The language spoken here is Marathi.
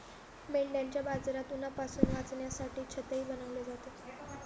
मेंढ्यांच्या बाजारात उन्हापासून वाचण्यासाठी छतही बनवले जाते